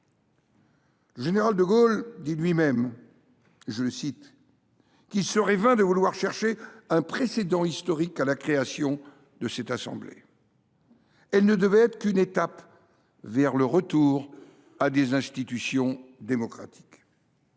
Le général de Gaulle dit lui même qu’« il serait vain […] de vouloir chercher un précédent historique à la création » de cette assemblée. Elle ne devait être qu’une étape vers le retour à des institutions démocratiques.